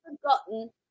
forgotten